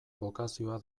bokazioa